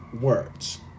words